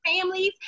families